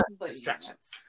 Distractions